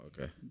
okay